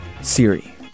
Siri